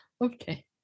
okay